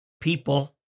people